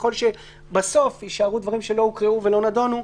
ככל שבסוף יישארו דברים שלא הוקראו ולא נדונו,